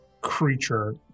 creature